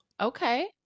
Okay